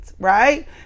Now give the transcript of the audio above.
right